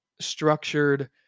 structured